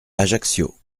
ajaccio